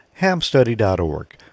hamstudy.org